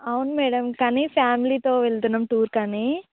అవును మేడమ్ కానీ ఫ్యామిలీతో వెళుతున్నాము టూర్కి అని